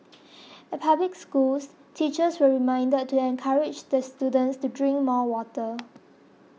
at public schools teachers were reminded to encourage the students to drink more water